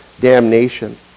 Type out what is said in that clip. damnation